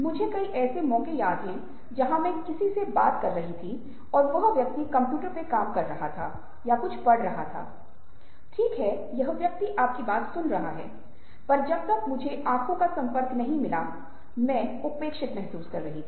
जबकि अमेरिकी संस्कृति शायद लोगों को सहानुभूति के बजाय अधिक व्यक्तिवादी बनने में मदद कर रही है अनुसंधान ने 'दर्पण न्यूरॉन्स' के अस्तित्व को उजागर किया है जो दूसरों द्वारा व्यक्त की गई भावनाओं पर प्रतिक्रिया करते हैं और फिर उन्हें पुन पेश करते हैं